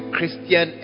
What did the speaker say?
Christian